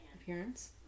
appearance